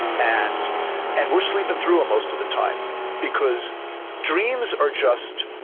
and and we're sleeping through most of the time because dreams are just,